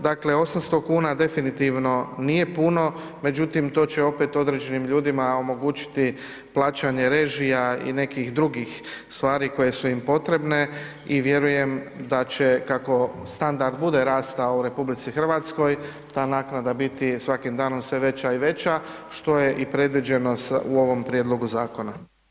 Dakle, 800 kuna definitivno nije puno, međutim to će opet određenim ljudima omogućiti plaćanje režija i nekih drugih stvari koje su im potrebne i vjerujem da će kako standard bude rastao u RH ta naknada biti svakim danom sve veća i veća što je i predviđeno u ovom prijedlogu zakona.